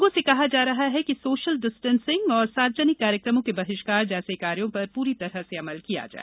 लोगों से कहा जा रहा है कि सोशल डिस्टेन्स और सार्वजनिक कार्यक्रमों के बहिष्कार जैसे कायों पर पूरी तरह से अमल किया जाए